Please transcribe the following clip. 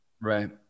right